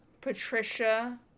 Patricia